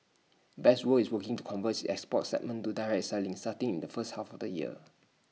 best world is working to convert its export segment to direct his selling starting in the first half the year